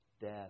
death